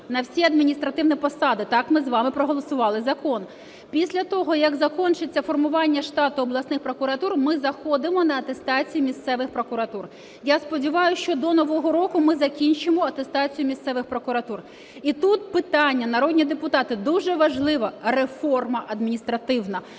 на всі адміністративні посади. Так ми з вами проголосували закон. Після того як закінчиться формування штату обласних прокуратур, ми заходимо на атестацію місцевих прокуратур. Я сподіваюсь, що до нового року ми закінчимо атестацію місцевих прокуратур. І тут питання, народні депутати, дуже важливе – реформа адміністративна.